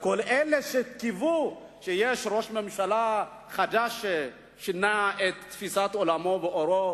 כל אלה שקיוו שיש ראש ממשלה חדש ששינה את תפיסת עולמו ועורו,